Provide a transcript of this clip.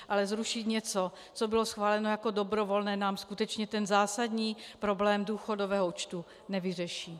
Ale zrušit něco, co bylo schváleno jako dobrovolné, nám skutečně zásadní problém důchodového účtu nevyřeší.